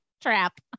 Trap